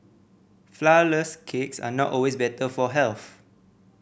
flourless cakes are not always better for health